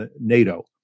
NATO